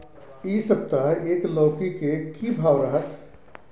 इ सप्ताह एक लौकी के की भाव रहत?